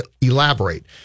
elaborate